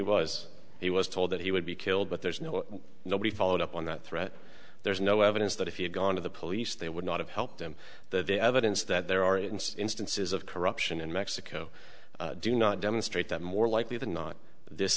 was he was told that he would be killed but there's no nobody followed up on that threat there is no evidence that if he had gone to the police they would not have helped him that the evidence that there are and instances of corruption in mexico do not demonstrate that more likely than not this